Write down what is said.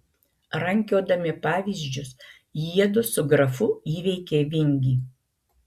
rankiodami pavyzdžius jiedu su grafu įveikė vingį